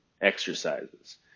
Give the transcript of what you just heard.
exercises